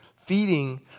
feeding